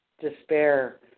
despair